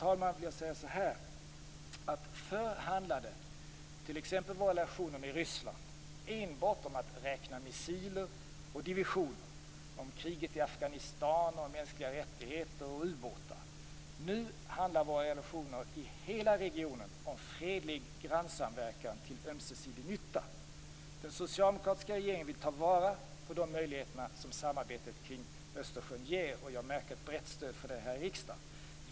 Till slut vill jag säga så här: Förr handlade våra relationer med t.ex. Ryssland enbart om att räkna missiler och divisioner, om kriget i Afghanistan, om mänskliga rättigheter och ubåtar. Nu handlar våra relationer i hela regionen om fredlig grannsamverkan till ömsesidig nytta. Den socialdemokratiska regeringen vill ta vara på de möjligheter som samarbetet kring Östersjön ger, och jag märker ett brett stöd för det här i riksdagen.